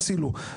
הצילו".